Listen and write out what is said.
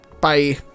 Bye